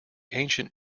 ancient